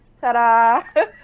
ta-da